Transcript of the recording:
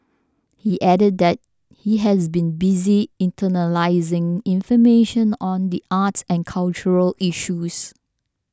he added that he has been busy internalising information on the arts and cultural issues